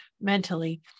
mentally